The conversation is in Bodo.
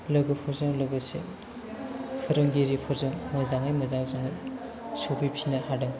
लोगोफोरजों लोगोसे फोरोंगिरिफोरजों मोजाङै मोजां जों सफैफिननो हादों